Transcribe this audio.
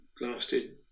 lasted